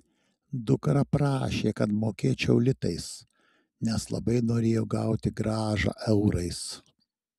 dukra prašė kad mokėčiau litais nes labai norėjo gauti grąžą eurais